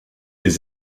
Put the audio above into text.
des